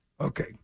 Okay